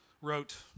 wrote